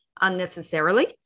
unnecessarily